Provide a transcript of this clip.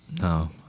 No